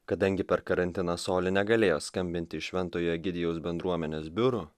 kadangi per karantiną soli galėjo skambinti iš šentojo egidijaus bendruomenės biurų